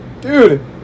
dude